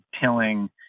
tilling